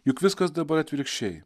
juk viskas dabar atvirkščiai